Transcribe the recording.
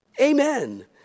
Amen